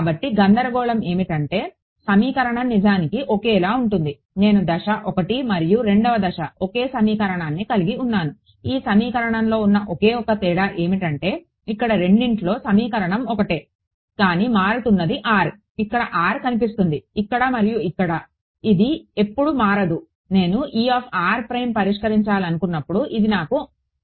కాబట్టి గందరగోళం ఏమిటంటే సమీకరణం నిజానికి ఒకేలా ఉంటుంది నేను దశ 1 మరియు 2వ దశకు ఒకే సమీకరణాన్ని కలిగి ఉన్నాను ఈ సమీకరణంలో ఉన్న ఒకే ఒక్క తేడా ఏమిటంటేఇక్కడ రెండింట్లో సమీకరణం ఒకటే కానీ మారుతున్నది r ఇక్కడ r కనిపిస్తుంది ఇక్కడ మరియు ఇక్కడ ఇది ఎప్పుడూ మారదు నేను పరిష్కరించాలనుకున్నప్పుడు ఇది నాకు అవసరం